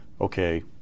okay